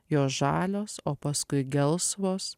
jos žalios o paskui gelsvos